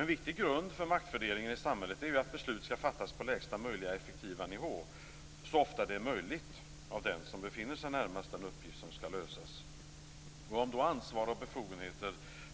En viktig grund för maktfördelningen i samhället är att beslut skall fattas på lägsta möjliga effektiva nivå så ofta det är möjligt av den som befinner sig närmast den uppgift som skall lösas. Om ansvar och befogenheter